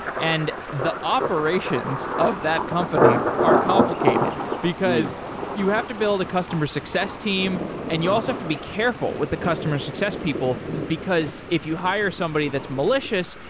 and the operations of that company are complicated, because you have to build a customer success team and you also have to be careful with the customer success people, because if you hire somebody that's malicious,